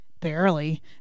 barely